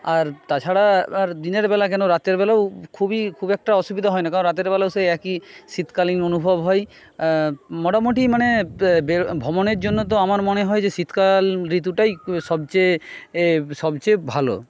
আর তাছাড়া আর দিনের বেলা কেন রাতের বেলাও খুবই খুব একটা অসুবিধা হয় না কারণ রাতের বেলাও সেই একই শীতকালীন অনুভব হয় মোটামোটি মানে ভ্রমণের জন্য তো আমার মনে হয় যে শীতকাল ঋতুটাই সবচেয়ে সবচেয়ে ভালো